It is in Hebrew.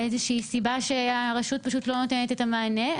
איזושהי סיבה שהרשות פשוט לא נותנת את המענה.